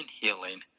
healing